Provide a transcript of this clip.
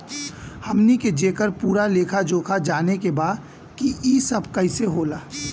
हमनी के जेकर पूरा लेखा जोखा जाने के बा की ई सब कैसे होला?